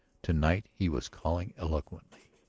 to-night he was calling eloquently,